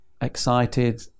excited